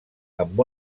amb